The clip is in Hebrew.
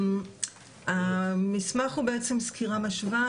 המסמך הוא סקירה משווה,